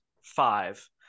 five